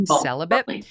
celibate